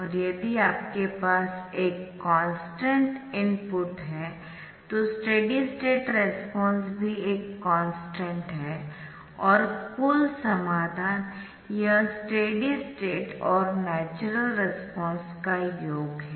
और यदि आपके पास एक कॉन्स्टन्ट इनपुट है तो स्टेडी स्टेट रेस्पॉन्स भी एक कॉन्स्टन्ट है और कुल समाधान यह स्टेडी स्टेट और नैचरल रेस्पॉन्स का योग है